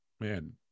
man